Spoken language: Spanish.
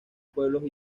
pueblos